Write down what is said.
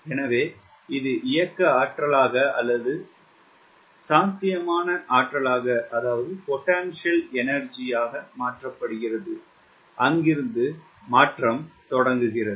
எனவே இது இயக்க ஆற்றலாக அல்லது சாத்தியமான ஆற்றலாக மாற்றப்படுகிறது அங்கிருந்து மாற்றம் தொடர்கிறது